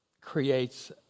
creates